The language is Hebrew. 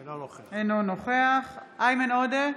אינו נוכח איימן עודה,